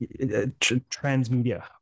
transmedia